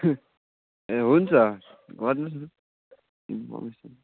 ए हुन्छ गर्नु होस् न म आउँछु नि